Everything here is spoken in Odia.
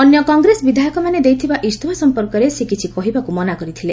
ଅନ୍ୟ କଂଗ୍ରେସ ବିଧାୟକ ମାନେ ଦେଇଥିବା ଇସ୍ତଫା ସମ୍ପର୍କରେ ସେ କିଛି କହିବାକୁ ମନା କରିଥିଲେ